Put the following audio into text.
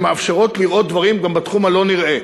שמאפשרות לראות דברים גם בתחום הלא-נראה.